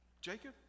Jacob